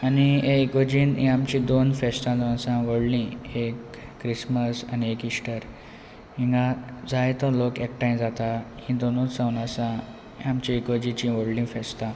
एक इगर्जेंत ही आमची दोन फेस्तां जावन आसा व्हडली एक क्रिसमस आनी एक इश्टर हांगा जायतो लोक एकठांय जाता ही दोनूच जावन आसा आमची इगर्जेची व्हडलीं फेस्तां